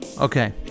Okay